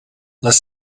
les